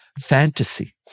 fantasy